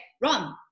run